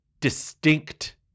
distinct